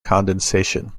condensation